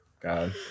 god